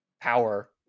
power